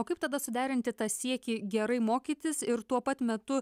o kaip tada suderinti tą siekį gerai mokytis ir tuo pat metu